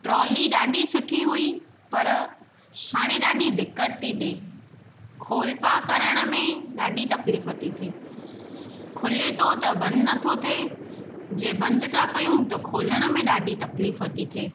trolley ॾाढी सुठी हुई पर हाणे ॾाढी दिक़त थी ॾे खोल पा करण में ॾाढी तकलीफ़ थी थिए खुले थो त बंदि नथो थे जे बंदि था कयूं त खोलण में ॾाढी तकलीफ़ थी थिए